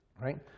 right